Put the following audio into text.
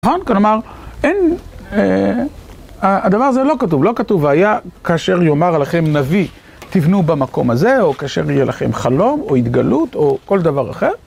כלומר, הדבר הזה לא כתוב, לא כתוב, והיה כאשר יאמר עליכם נביא, תבנו במקום הזה, או כאשר יהיה לכם חלום, או התגלות, או כל דבר אחר.